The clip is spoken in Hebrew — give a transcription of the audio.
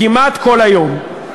כמעט כל היום,